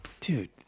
Dude